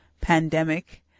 pandemic